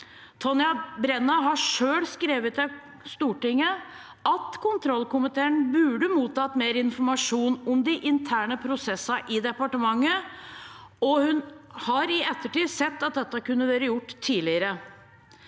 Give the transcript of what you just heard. Tonje Brenna har selv skrevet til Stortinget at kontrollkomiteen burde ha mottatt mer informasjon om de interne prosessene i departementet, og hun har i ettertid sett at dette kunne ha vært gjort tidligere.